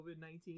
COVID-19